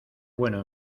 bueno